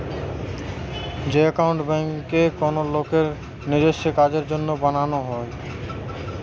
যে একাউন্ট বেঙ্কে কোনো লোকের নিজেস্য কাজের জন্য বানানো হয়